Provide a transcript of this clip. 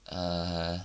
err